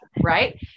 Right